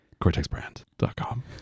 Cortexbrand.com